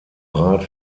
rat